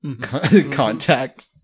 contact